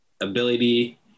ability